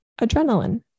adrenaline